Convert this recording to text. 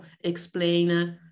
explain